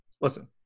Listen